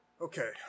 Okay